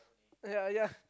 ya ya